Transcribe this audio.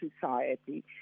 society